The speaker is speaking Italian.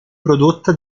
prodotta